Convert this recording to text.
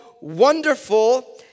Wonderful